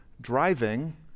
driving